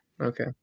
Okay